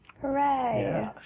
Hooray